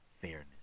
fairness